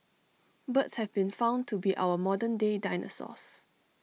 birds have been found to be our modern day dinosaurs